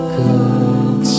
good